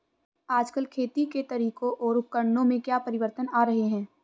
आजकल खेती के तरीकों और उपकरणों में क्या परिवर्तन आ रहें हैं?